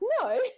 no